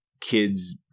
kids